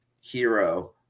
hero